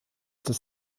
des